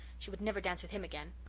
she would never dance with him again!